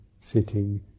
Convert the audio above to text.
sitting